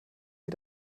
sie